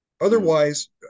otherwise